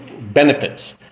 benefits